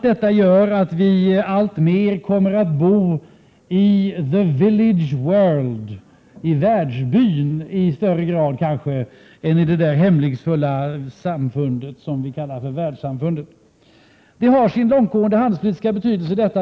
Detta gör att vi alltmer kommer att bo i ”the village world”, i världsbyn, i högre grad än i det hemlighetsfulla samfund som vi kallar för världssamfundet. Och detta har sin långtgående handelspolitiska betydelse.